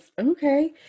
Okay